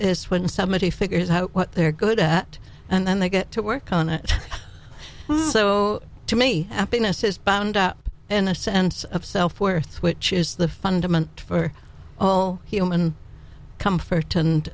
is when somebody figures out what they're good at and then they get to work on it so to me happiness is bound up in a sense of self worth which is the fundament for all human comfort